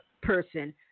person